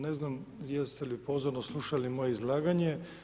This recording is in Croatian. Ne znam jeste li pozorno slušali moje izlaganje.